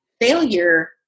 failure